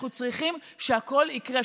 אנחנו צריכים שהכול יקרה,